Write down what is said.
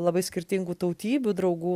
labai skirtingų tautybių draugų